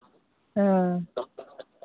हाँ